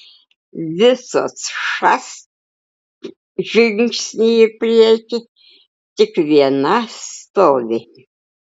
visos šast žingsnį į priekį tik viena stovi